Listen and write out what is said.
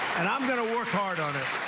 and i'm going to work hard on it.